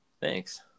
Thanks